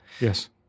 Yes